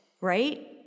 right